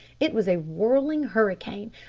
it was a whirling hurricane,